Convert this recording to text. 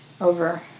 over